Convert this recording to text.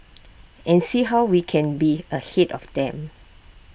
and see how we can be ahead of them